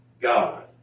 God